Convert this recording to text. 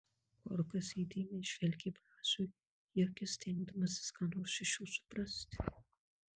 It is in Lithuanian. korkas įdėmiai žvelgė braziui į akis stengdamasis ką nors iš jų suprasti